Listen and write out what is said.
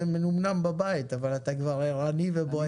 מנומנם בבית אבל אתה כבר ערני ובועט.